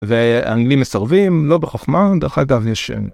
והאנגלים מסרבים לא בחכמה דרך אגב יש...